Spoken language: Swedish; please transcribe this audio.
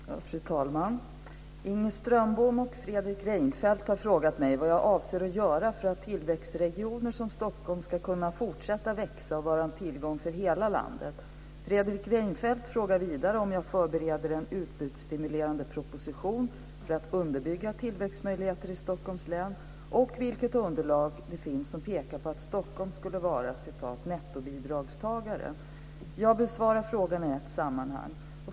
Fru talman! Inger Strömbom och Fredrik Reinfeldt har frågat mig vad jag avser att göra för att tillväxtregioner som Stockholm ska kunna fortsätta växa och vara en tillgång för hela landet. Fredrik Reinfeldt frågar vidare om jag förbereder en utbudsstimulerande proposition för att underbygga tillväxtmöjligheter i Stockholms län och vilket underlag det finns som pekar på att Stockholm skulle vara "nettobidragstagare". Jag besvarar frågorna i ett sammanhang.